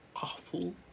Awful